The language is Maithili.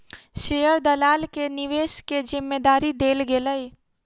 शेयर दलाल के निवेश के जिम्मेदारी देल गेलै